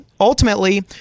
ultimately